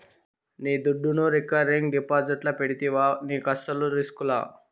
నీ దుడ్డును రికరింగ్ డిపాజిట్లు పెడితివా నీకస్సలు రిస్కులా